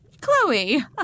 Chloe